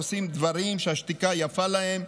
ועושים דברים שהשתיקה יפה להם,